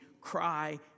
cry